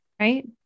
right